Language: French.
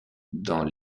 dans